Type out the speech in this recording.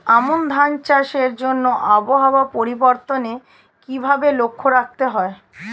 আমন ধান চাষের জন্য আবহাওয়া পরিবর্তনের কিভাবে লক্ষ্য রাখতে হয়?